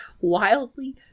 wildly